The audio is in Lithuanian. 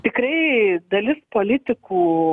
tikrai dalis politikų